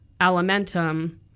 Alimentum